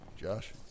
Josh